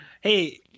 Hey